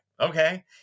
okay